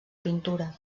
pintura